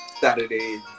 Saturday